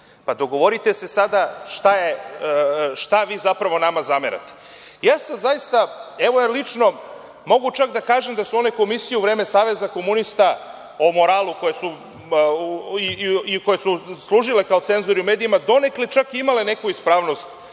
Dogovorite se sada šta vi zapravo nama zamerate. Ja zaista lično mogu čak da kažem da su one komisije u vreme Saveza komunista o moralu, koje su služile kao cenzori u medijima, donekle čak i imale neku ispravnost,